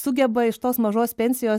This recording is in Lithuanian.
sugeba iš tos mažos pensijos